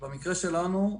במקרה שלנו,